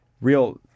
real